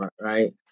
right